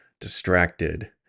distracted